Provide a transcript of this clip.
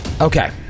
Okay